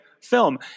film